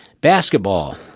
Basketball